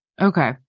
Okay